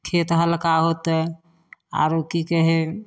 खेत हल्का हेतै आओर कि कहै